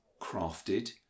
crafted